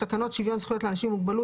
תקנות שוויון זכויות לאנשים עם מוגבלות